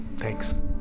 Thanks